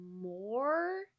more